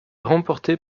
remportée